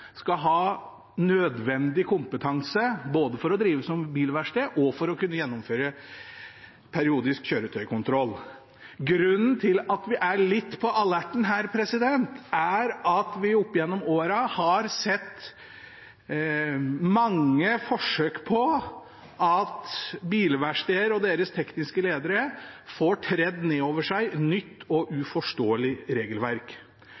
skal ha nødvendig kompetanse, både for å drive bilverksted og for å kunne gjennomføre periodisk kjøretøykontroll. Grunnen til at vi er litt på alerten her, er at vi opp gjennom årene har sett mange forsøk på at bilverksteder og deres tekniske ledere skulle få tredd ned over seg et nytt og uforståelig regelverk.